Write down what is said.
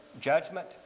judgment